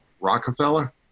Rockefeller